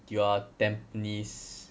you are tampines